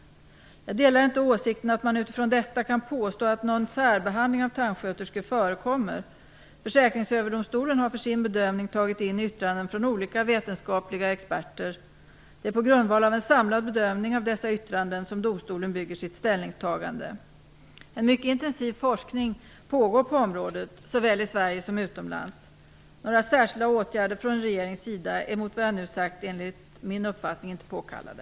Jag delar inte åsikten att man utifrån detta kan påstå att någon särbehandling av tandsköterskor förekommer. Försäkringsöverdomstolen har för sin bedömning tagit in yttranden från olika vetenskapliga experter. Det är på grundval av en samlad bedömning av dessa yttranden som domstolen bygger sitt ställningstagande. En mycket intensiv forskning pågår på området, såväl i Sverige som utomlands. Några särskilda åtgärder från regeringens sida är mot bakgrund av vad jag nu sagt enligt min uppfattning inte påkallade.